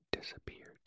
disappeared